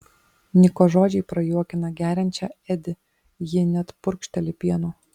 niko žodžiai prajuokina geriančią edi ji net purkšteli pienu